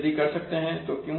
यदि कर सकते हैं तो क्यों